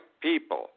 people